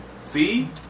See